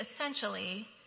essentially